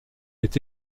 est